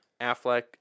Affleck